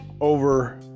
over